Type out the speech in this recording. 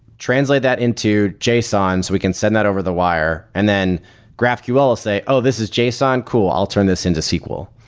translate that into json so we can send that over the wire, and then graphql will say, oh, this is json? cool! i'll turn this into sql.